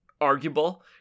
Arguable